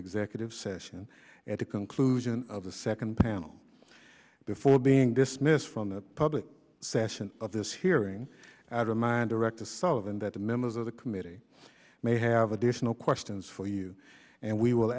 executive session at the conclusion of the second panel before being dismissed from the public session of this hearing out of mine director sullivan that the members of the committee may have additional questions for you and we will